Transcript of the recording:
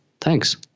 thanks